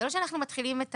זה לא שאנחנו מתחילים את